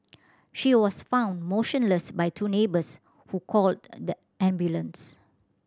she was found motionless by two neighbours who called the ambulance